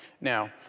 Now